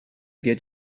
get